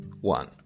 one